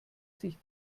sich